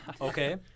Okay